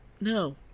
No